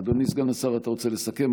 אדוני סגן השר, אתה רוצה לסכם?